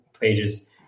pages